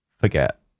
forget